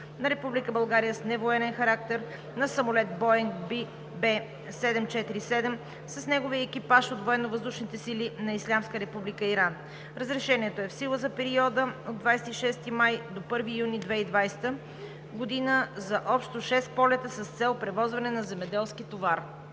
България с невоенен характер на самолет Боинг-В 747 с неговия екипаж от военновъздушните сили на Ислямска република Иран. Разрешението е в сила за периода от 26 май до 1 юни 2020 г. за общо шест полета с цел превозване на земеделски товар.